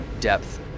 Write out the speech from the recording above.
depth